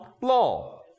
law